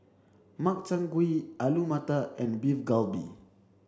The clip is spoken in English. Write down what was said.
Makchang Gui Alu Matar and Beef Galbi